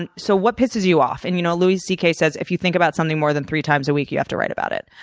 and so what pisses you off? and you know louis c k. says if you think about something more than three times a week, you have to write about it.